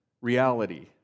reality